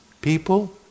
people